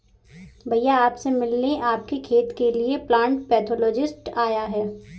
भैया आप से मिलने आपके खेत के लिए प्लांट पैथोलॉजिस्ट आया है